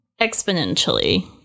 exponentially